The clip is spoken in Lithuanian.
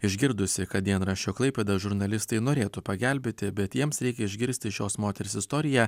išgirdusi kad dienraščio klaipėda žurnalistai norėtų pagelbėti bet jiems reikia išgirsti šios moters istoriją